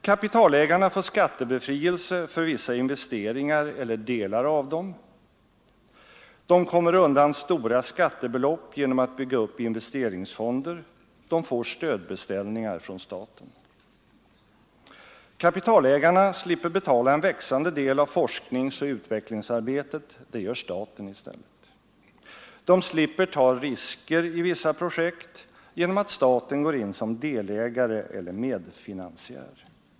Kapitalägarna får skattebefrielse för vissa investeringar eller delar av dem, de kommer undan stora skattebelopp genom att bygga upp investeringsfonder, de får stödbeställningar från staten. Kapitalägarna slipper betala en växande del av forskningsoch utvecklingsarbetet — det gör i stället staten. De slipper ta risker i vissa projekt genom att staten går in som delägare eller medfinansiär.